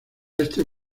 este